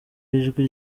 ijwi